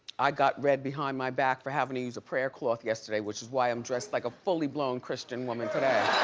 i got read behind my back for having to use a prayer cloth yesterday, which is why i'm dressed like a fully blown christian woman today.